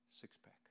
six-pack